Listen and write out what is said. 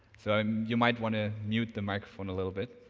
so um you might want to mute the microphone a little bit.